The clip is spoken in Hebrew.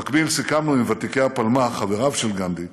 במקביל סיכמנו עם ותיקי הפלמ"ח, חבריו של גנדי,